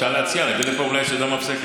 אם אפשר להציע, נביא לפה אולי סעודה מפסקת.